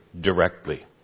directly